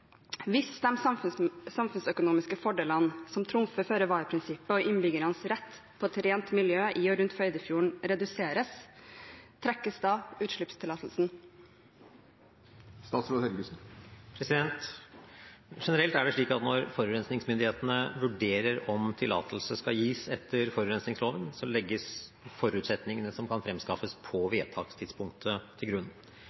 samfunnsøkonomiske fordelene som trumfer føre-var-prinsippet og innbyggernes rett til rent miljø i og rundt Førdefjorden, reduseres, trekkes da utslippstillatelsen?» Generelt er det slik at når forurensningsmyndighetene vurderer om tillatelse skal gis etter forurensningsloven, legges forutsetningene som kan fremskaffes på